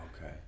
okay